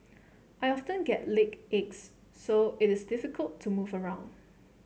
I often get leg aches so it is difficult to move around